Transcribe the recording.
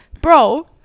Bro